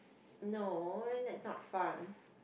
no then that's not fun